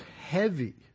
heavy